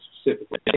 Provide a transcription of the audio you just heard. specifically